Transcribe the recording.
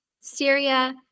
Syria